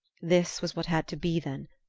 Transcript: this was what had to be, then.